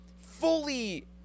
fully